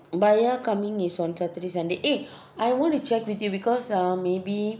buyer coming is on saturday sunday eh I want to check with you because ah maybe